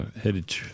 headed